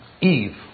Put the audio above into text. Eve